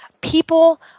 people